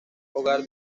hogar